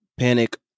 Panic